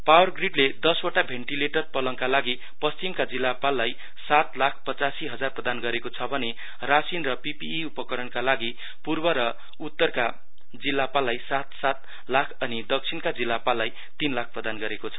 पावरग्रीडले दसवटा भेन्टीलेटर पलङका लागि पश्चिमका जिल्लापाललाई सात लाख पचासी हजार प्रदान गरेको छ भने राशीन र पि पि इ उपकरणका लागि पूर्व र उत्तरका जिल्लापाललाई सात सात लाख अनि दक्षिणका जिल्लापाललाई तीन लाख प्रदान गरेको छ